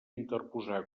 interposar